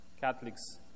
Catholics